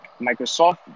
Microsoft